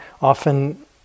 often